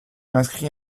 inscrit